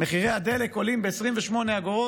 מחירי הדלק עולים ב-28 אגורות